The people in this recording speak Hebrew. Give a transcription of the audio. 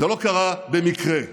זה לא קרה במקרה.